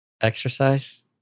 Exercise